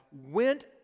went